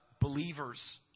believers